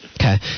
Okay